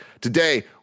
Today